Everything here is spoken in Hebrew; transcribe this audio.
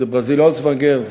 זה ברזיל אולסוונגר,